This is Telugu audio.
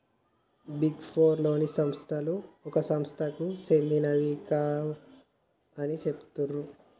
బిగ్ ఫోర్ లోని సంస్థలు ఒక సంస్థకు సెందినవి కావు అని చెబుతాండ్రు